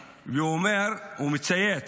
ומצייץ,